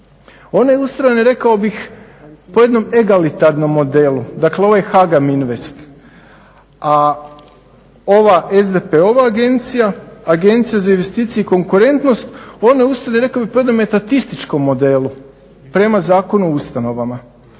Ona je ustrojena rekao bih po jednom egalitarnom modelu dakle ovaj HAGAM Invest. A ova SDP-ova agencija za investicije i konkurentnost ona je ustrojena po jednom metatističkom modelu prema Zakonu o ustanovama.